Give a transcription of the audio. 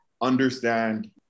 understand